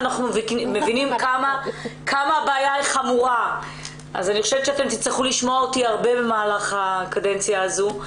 אני אסייר במוסדות, אני